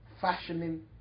fashioning